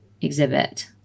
exhibit